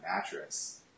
mattress